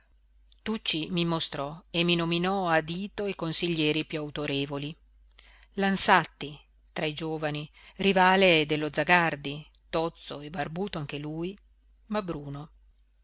tarli tucci mi mostrò e mi nominò a dito i consiglieri piú autorevoli l'ansatti tra i giovani rivale dello zagardi tozzo e barbuto anche lui ma bruno